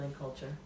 culture